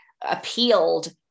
appealed